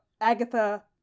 Agatha